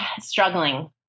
struggling